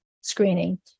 screening